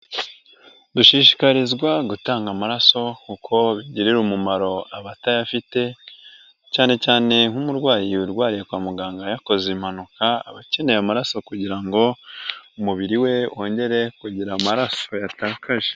Dushishikarizwa gutanga amaraso kuko bigirira umumaro abatayafite, cyane cyane nk'umurwayi urwariye kwa muganga yakoze impanuka, aba akeneye amaraso kugira ngo umubiri we wongere kugira amaraso yatakaje.